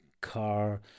car